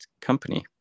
company